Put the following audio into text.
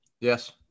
Yes